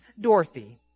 Dorothy